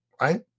Right